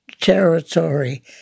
territory